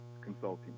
consulting